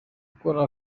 gukora